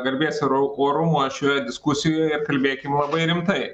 garbės ir o orumo šioje diskusijoje kalbėkim labai rimtai